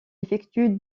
effectue